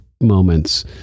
moments